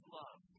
love